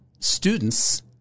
students